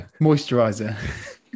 Moisturizer